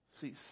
See